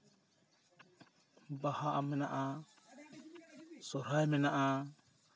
ᱵᱟᱦᱟ ᱢᱮᱱᱟᱜᱼᱟ ᱥᱚᱦᱚᱨᱟᱭ ᱢᱮᱱᱟᱜᱼᱟ